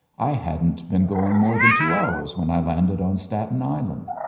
i hadn't been going more than two hours when i landed on staten island.